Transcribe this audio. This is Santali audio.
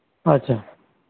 ᱟᱪᱪᱷᱟ